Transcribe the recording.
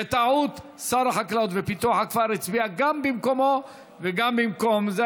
בטעות שר החקלאות ופיתוח הכפר הצביע גם במקומו וגם במקום זה,